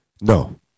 No